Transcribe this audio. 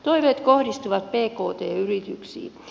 toiveet kohdistuvat pkt yrityksiin